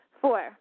four